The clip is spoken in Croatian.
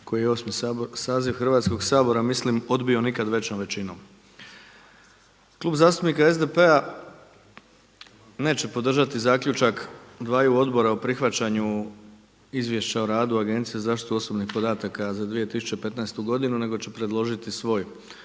koji je 8. saziv Hrvatskoga sabora mislio odbio nikad većom većinom. Klub zastupnika SDP-a neće podržati zaključak dvaju odbora o prihvaćanju Izvješća o radu Agencije za zaštitu osobnih podataka za 2015. godinu, nego će predložiti svoj